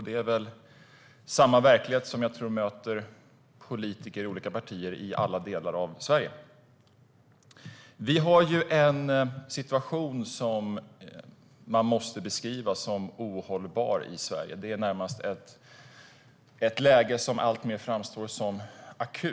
Den verkligheten tror jag politiker i olika partier i alla delar av Sverige möter. Vi har en situation i Sverige som man måste beskriva som ohållbar. Det är närmast ett läge som alltmer framstår som akut.